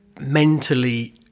mentally